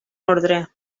ordre